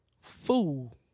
fool